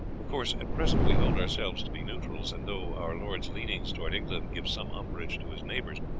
of course, at present we hold ourselves to be neutrals, and though our lord's leanings towards england give some umbrage to his neighbours,